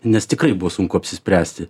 nes tikrai buvo sunku apsispręsti